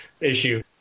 issue